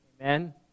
Amen